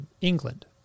England